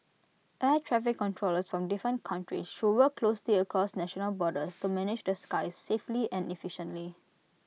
air traffic controllers from different countries should work closely across national borders to manage the skies safely and efficiently